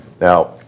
Now